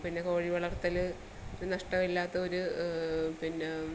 പിന്നെ കോഴി വളർത്തൽ ഒരു നഷ്ടമില്ലാത്തൊരു പിന്നെ